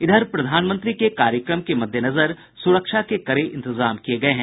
इधर प्रधानमंत्री के कार्यक्रम के मद्देनजर सुरक्षा के कड़े इंतजाम किये गये हैं